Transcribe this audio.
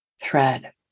thread